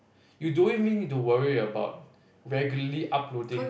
you don't even need to worry about regularly uploading